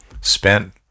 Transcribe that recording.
spent